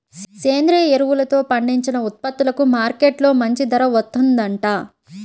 సేంద్రియ ఎరువులతో పండించిన ఉత్పత్తులకు మార్కెట్టులో మంచి ధర వత్తందంట